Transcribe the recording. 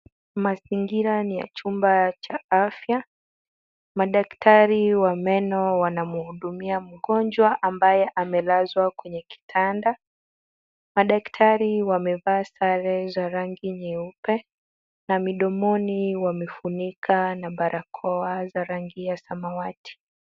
Mazingira ni ya chumba cha afya. Madaktari wa meno wanamhudumia mgonjwa ambaye amelazwa kwenye kitanda. Madaktari wamevaa sare za rangi nyeupe na midomoni wamefunika na barakoa za rangi ya samawati.